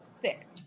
Sick